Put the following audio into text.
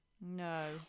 No